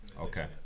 Okay